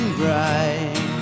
bright